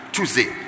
Tuesday